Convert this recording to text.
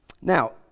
Now